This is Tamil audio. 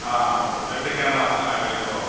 ஆ ஒரு ரெண்டு கேனாக வந்தால் ஆயிரம் லிட்ரு வரும்